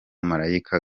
malayika